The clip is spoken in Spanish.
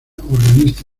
organista